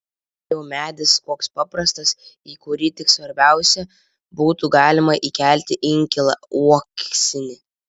jei jau medis koks paprastas į kurį tik svarbiausia būtų galima įkelti inkilą uoksinį